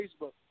Facebook